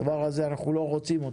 את הדבר הזה אנחנו לא רוצים.